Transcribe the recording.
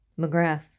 McGrath